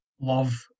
love